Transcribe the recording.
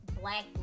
black